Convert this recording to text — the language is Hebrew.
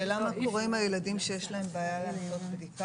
השאלה מה קורה עם הילדים שיש להם בעיה לעשות בדיקה